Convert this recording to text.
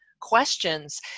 questions